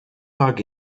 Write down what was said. bug